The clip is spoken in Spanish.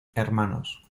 hnos